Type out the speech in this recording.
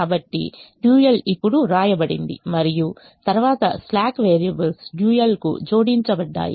కాబట్టి డ్యూయల్ ఇప్పుడు వ్రాయబడింది మరియు తరువాత స్లాక్ వేరియబుల్స్ డ్యూయల్ కు జోడించబడ్డాయి